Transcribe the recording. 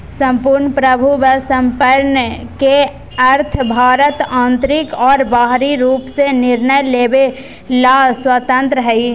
सम्पूर्ण प्रभुत्वसम्पन् के अर्थ भारत आन्तरिक और बाहरी रूप से निर्णय लेवे ले स्वतन्त्रत हइ